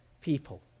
people